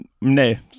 nay